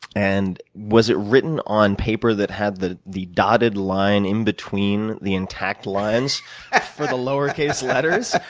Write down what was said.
and was it written on paper that had the the dotted line in between the intact lines for the lower case letters?